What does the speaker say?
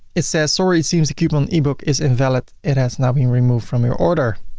it says, sorry, it seems the coupon ebook is invalid, it has now been removed from your order.